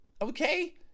Okay